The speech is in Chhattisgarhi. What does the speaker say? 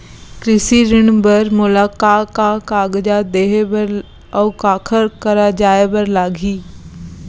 कृषि ऋण बर मोला का का कागजात देहे बर, अऊ काखर करा जाए बर लागही?